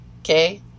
Okay